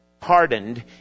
pardoned